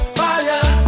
fire